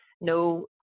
no